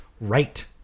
right-